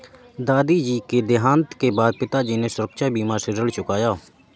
दादाजी के देहांत के बाद पिताजी ने सुरक्षा बीमा से ऋण चुकाया